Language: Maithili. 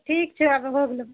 ठीक छै आब हो गेलो